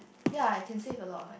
ya I can save a lot